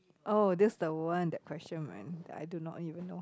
oh this is the one that question man I do not even know